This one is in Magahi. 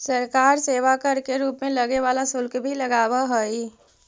सरकार सेवा कर के रूप में लगे वाला शुल्क भी लगावऽ हई